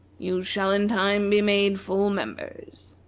you shall in time be made full members.